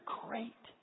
great